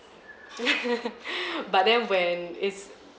but then when it's